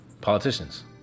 politicians